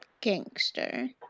Gangster